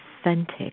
authentic